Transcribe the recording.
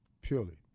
Purely